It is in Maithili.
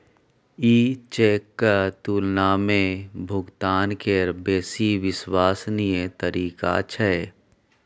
ई चेकक तुलना मे भुगतान केर बेसी विश्वसनीय तरीका छै